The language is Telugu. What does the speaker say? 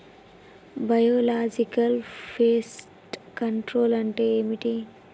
బయోలాజికల్ ఫెస్ట్ కంట్రోల్ అంటే ఏమిటి?